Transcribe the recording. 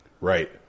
Right